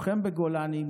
לוחם בגולני,